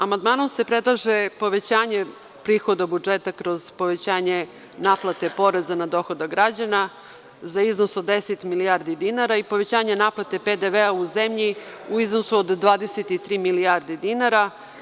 Amandmanom se predlaže povećanje prihoda budžeta kroz povećanje naplate poreza na dohodak građana za iznos od 10 milijardi dinara i povećanje naplate PDV u zemlji u iznosu od 23 milijarde dinara.